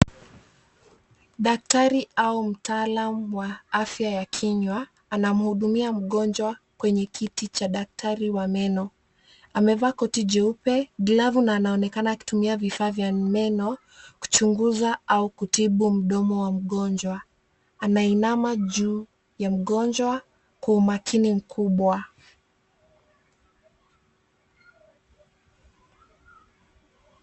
Daktari au mtaalam wa afya ya kinywa, anamhudumia mg'onjwa kwenye kiti cha daktari wa meno. Amevaa koti jeupe, glavu na anaonekana akitumia vifaa vya meno, kuchunguza au kutibu mdomo wa mgonjwa. Anainama juu ya mgonjwa kwa umakini mkubwa.